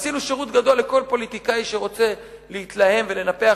עשינו שירות גדול לכל פוליטיקאי שרוצה להתלהם ולנפח